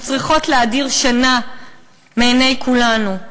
שצריכים להדיר שינה מעיני כולנו,